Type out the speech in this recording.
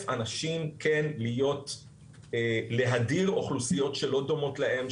אנשים כן להדיר אוכלוסיות שלא דומות להם,